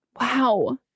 Wow